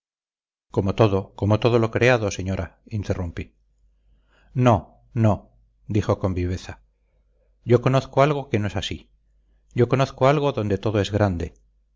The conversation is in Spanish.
como todo como todo lo creado señora interrumpí no no dijo con viveza yo conozco algo que no es así yo conozco algo donde todo es grande